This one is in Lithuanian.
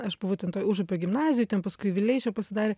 aš buvau ten toj užupio gimnazijoj ten paskui vileišio pasidarė